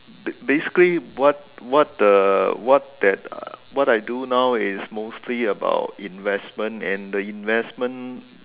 bas~ basically what what uh what that I do now is mostly about investment and the investment